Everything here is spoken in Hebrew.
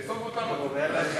תאסוף אותם.